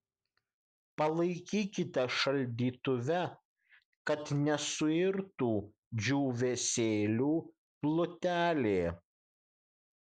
palaikykite šaldytuve kad nesuirtų džiūvėsėlių plutelė